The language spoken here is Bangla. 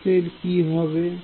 U′ এর কি হবে